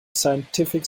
scientific